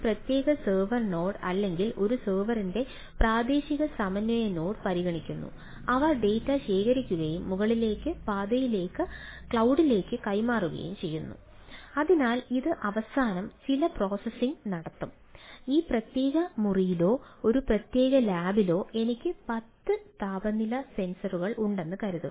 ഒരു പ്രത്യേക sensor node ഉണ്ടെന്ന് കരുതുക